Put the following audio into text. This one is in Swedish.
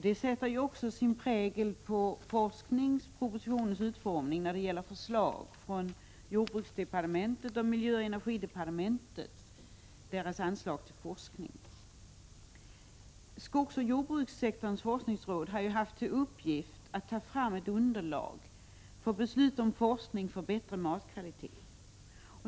Det sätter också sin prägel på utformningen av jordbruksdepartementets och miljöoch energidepartementets propositioner om anslag till forskning. Skogsoch jordbrukssektorns forskningsråd har haft till uppgift att ta fram ett underlag för beslut om forskning för bättre matkvalitet.